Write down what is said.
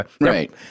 Right